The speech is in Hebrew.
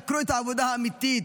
סקרו את העבודה האמיתית,